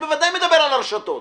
בוודאי שאני מדבר על הרשתות,